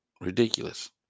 ridiculous